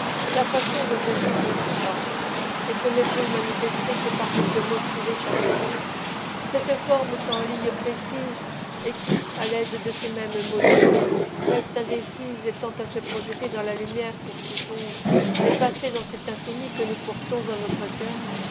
la façon dont je suis conçue par vous et qu'on ne peut manifester que par quelques mots trouvés chaque jour cette forme sans lignes précises et qui à l'aide de ces mêmes mots divins reste indécise et tend à se projeter dans la lumière pour s'y fondre et passer dans cet infini que nous portons en notre cœur